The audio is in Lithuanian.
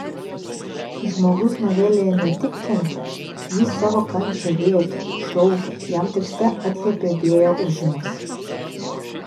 žmogus novelėje ne tik kenčia jis savo kančią rėkia šaukia jam tekste atliepia vėjo ūžimas